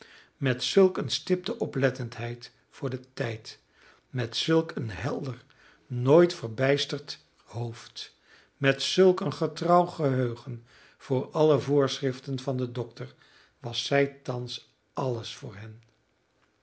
houden met zulk een stipte oplettendheid voor den tijd met zulk een helder nooit verbijsterd hoofd met zulk een getrouw geheugen voor alle voorschriften van den dokter was zij thans alles voor hen